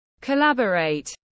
collaborate